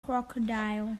crocodile